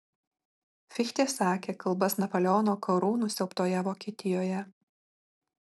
fichtė sakė kalbas napoleono karų nusiaubtoje vokietijoje